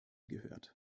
gehört